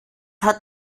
hat